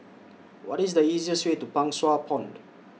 What IS The easiest Way to Pang Sua Pond